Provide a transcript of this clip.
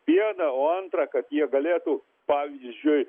viena o antra kad jie galėtų pavyzdžiui